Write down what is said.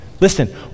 Listen